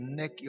neck